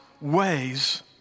ways